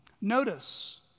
Notice